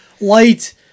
light